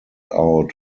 out